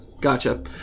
Gotcha